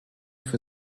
für